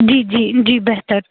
جی جی جی بہتر